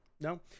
No